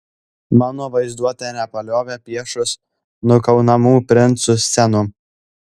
mano vaizduotė nepaliovė piešus nukaunamų princų scenų